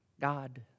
God